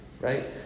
Right